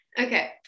Okay